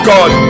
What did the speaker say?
God